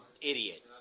idiot